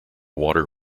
water